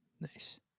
Nice